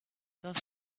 dans